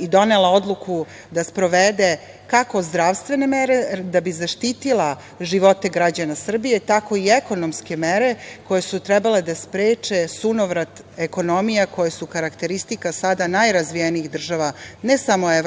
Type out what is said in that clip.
i donela odluku da sprovede kako zdravstvene mere, da bi zaštitila živote građane Srbije, tako i ekonomske mere, koje su trebale da spreče sunovrat ekonomija koje su karakteristika sada najrazvijenijih država ne samo EU,